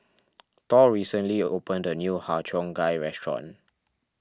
Thor recently opened a new Har Cheong Gai restaurant